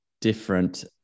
different